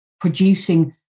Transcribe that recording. producing